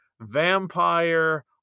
vampire